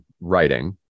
writing